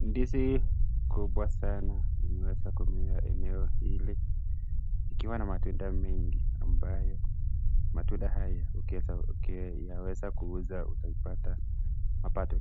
Ndizi kubwa sana imeweza kumea eneo ili ikiwa na matunda mengi ambayo ukiyaeeza kuuza unaweza kupata Pato